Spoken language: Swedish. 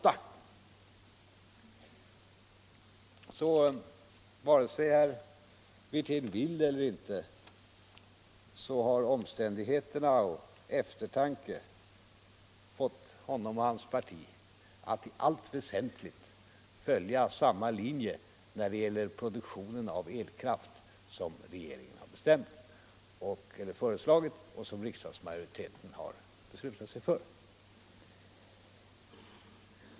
Vare sig herr Wirtén vill det eller inte, har omständigheterna och eftertanken fått honom och hans parti att i allt väsentligt följa samma linje som regeringen föreslagit och riksdagen beslutat sig för när det gäller produktionen av elkraft.